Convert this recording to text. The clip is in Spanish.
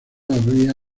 había